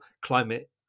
climate